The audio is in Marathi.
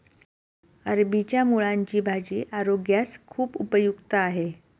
अरबीच्या मुळांची भाजी आरोग्यास खूप उपयुक्त आहे